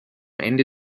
ende